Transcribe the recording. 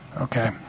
okay